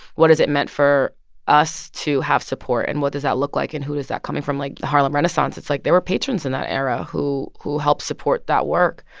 what is it meant for us to have support? and what does that look like? and who is that coming from? like, the harlem renaissance it's like, there were patrons in that era who who helped support that work.